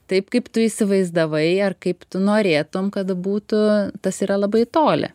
taip kaip tu įsivaizdavai ar kaip tu norėtum kad būtų tas yra labai toli